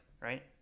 right